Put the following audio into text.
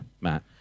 Matt